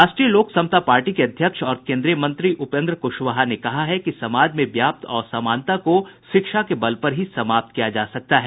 राष्ट्रीय लोक समता पार्टी के अध्यक्ष और केन्द्रीय मंत्री उपेन्द्र क्शवाहा ने कहा है कि समाज में व्याप्त असमानता को शिक्षा के बल पर ही समाप्त किया जा सकता है